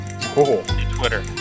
Twitter